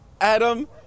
Adam